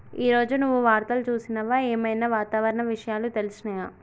ఈ రోజు నువ్వు వార్తలు చూసినవా? ఏం ఐనా వాతావరణ విషయాలు తెలిసినయా?